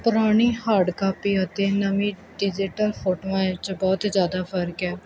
ਪੁਰਾਣੀ hard copy ਅਤੇ ਨਵੀਂ ਡਿਜੀਟਲ ਫੋਟੋਆਂ ਵਿੱਚ ਬਹੁਤ ਜ਼ਿਆਦਾ ਫਰਕ ਹੈ